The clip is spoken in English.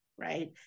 right